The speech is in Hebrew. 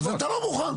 אז אתה לא מוכן.